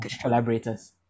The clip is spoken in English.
collaborators